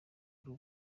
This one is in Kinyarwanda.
rwo